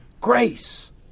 grace